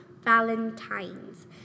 Valentine's